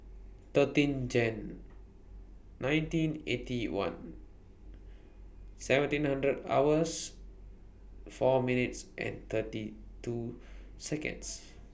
thirteen Jan nineteen Eighty One seventeen hundred hours four minutes and thirty two Seconds